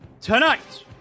Tonight